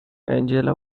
angela